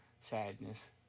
sadness